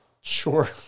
Sure